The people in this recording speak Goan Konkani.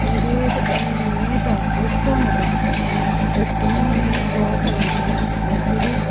मागीर हें येता अश्टम येता अश्टमीक आमी फोव कालयता